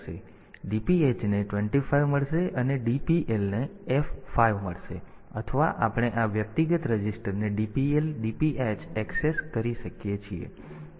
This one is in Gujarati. તેથી DPH ને 25 મળશે અને DPLને F5 મળશે અથવા આપણે આ વ્યક્તિગત રજિસ્ટરને DPL DPH ઍક્સેસ કરી શકીએ છીએ